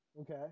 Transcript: Okay